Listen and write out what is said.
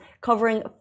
covering